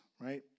right